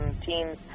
Teams